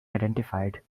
identified